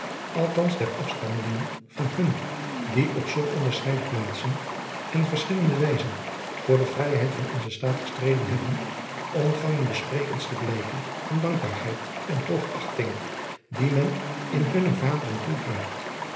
althans der afstammelingen van hun die op zoo onderscheiden plaatsen en verschillende wijzen voor de vrijheid van onzen staat gestreden hebben ontvangen de sprekendste blijken van de dankbaarheid en hoogachting die men in hun hunne vaderen toedraagt